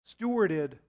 stewarded